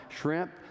shrimp